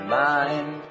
mind